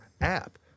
app